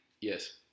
Yes